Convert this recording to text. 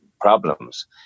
problems